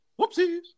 whoopsies